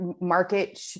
Market